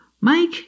Mike